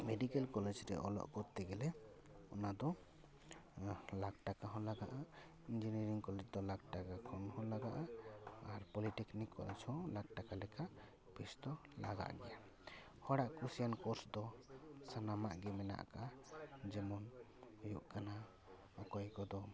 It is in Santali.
ᱢᱮᱰᱤᱠᱮᱞ ᱠᱚᱞᱮᱡᱽ ᱨᱮ ᱚᱞᱚᱜ ᱠᱚᱨᱛᱮ ᱜᱮᱞᱮ ᱚᱱᱟ ᱫᱚ ᱞᱟᱠᱷ ᱴᱟᱠᱟ ᱦᱚᱸ ᱞᱟᱜᱟᱜᱼᱟ ᱤᱱᱡᱤᱱᱤᱭᱟᱨᱤᱝ ᱠᱚᱞᱮᱡᱽ ᱫᱚ ᱞᱟᱠᱷ ᱴᱟᱠᱟ ᱠᱚᱢ ᱦᱚᱸ ᱞᱟᱜᱟᱜᱼᱟ ᱟᱨ ᱯᱚᱞᱤᱴᱤᱠᱱᱤᱠ ᱠᱚᱣᱟᱜ ᱦᱚᱸ ᱞᱟᱠᱷ ᱴᱟᱠᱟ ᱞᱮᱠᱟ ᱯᱚᱭᱥᱟ ᱫᱚ ᱞᱟᱜᱟᱜ ᱜᱮᱭᱟ ᱦᱚᱲᱟᱜ ᱠᱩᱥᱤᱭᱟᱜ ᱠᱳᱨᱥ ᱫᱚ ᱥᱟᱱᱟᱢᱟᱜ ᱜᱮ ᱢᱮᱱᱟᱜ ᱟᱠᱟᱜᱼᱟ ᱡᱮᱢᱚᱱ ᱦᱩᱭᱩᱜ ᱠᱟᱱᱟ ᱚᱠᱚᱭ ᱠᱚᱫᱚ